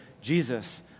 Jesus